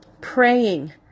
praying